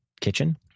kitchen